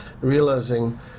realizing